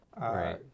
Right